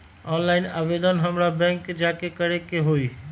Online आवेदन हमरा bank जाके करे के होई?